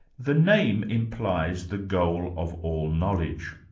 the name implies the goal of all knowledge,